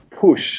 push